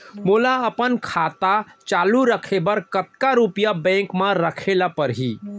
मोला अपन खाता चालू रखे बर कतका रुपिया बैंक म रखे ला परही?